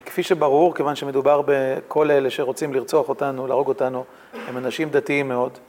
כפי שברור, כיוון שמדובר בכל אלה שרוצים לרצוח אותנו, להרוג אותנו, הם אנשים דתיים מאוד.